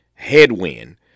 headwind